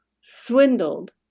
swindled